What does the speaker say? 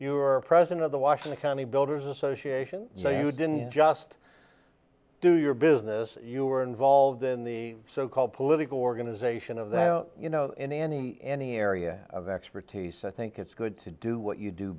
you were president of the washing the county builders association so you didn't just do your business you're involved in the so called political organization of that you know in any any area of expertise i think it's good to do what you do